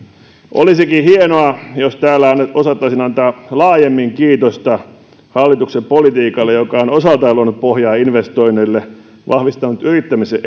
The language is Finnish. olisikin hienoa jos täällä osattaisiin antaa laajemmin kiitosta hallituksen politiikalle joka on osaltaan luonut pohjaa investoinneille vahvistanut yrittämisen